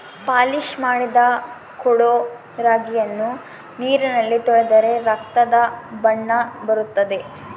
polish ಮಾಡದ ಕೊಡೊ ರಾಗಿಯನ್ನು ನೀರಿನಲ್ಲಿ ತೊಳೆದರೆ ರಕ್ತದ ಬಣ್ಣ ಬರುತ್ತದೆ